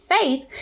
faith